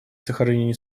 сохранении